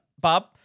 Bob